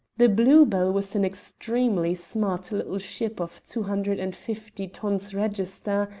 the blue-bell was an extremely smart little ship of two hundred and fifty tons register,